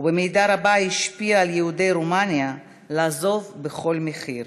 ובמידה רבה השפיע על יהודי רומניה לעזוב בכל מחיר.